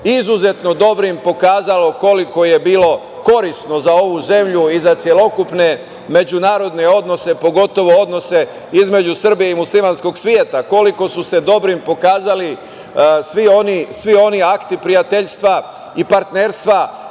izuzetno dobrim pokazalo koliko je bilo korisno za ovu zemlju i za celokupne međunarodne odnose, pogotovo odnose između Srbije i muslimanskog sveta, koliko su se dobrim pokazali svi oni akti prijateljstva i partnerstva